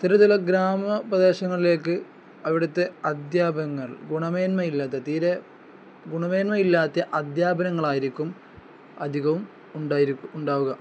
ഗ്രാമപ്രദേശങ്ങളിലേക്ക് അവിടുത്തെ ഗുണമേന്മയില്ലാത്ത തീരെ ഗുണമേന്മ ഇല്ലാത്ത അധ്യാപനങ്ങളായിരിക്കും അധികവും ഉണ്ടാവുക